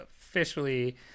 officially